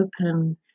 open